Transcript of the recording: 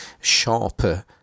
sharper